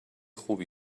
خوبی